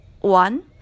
one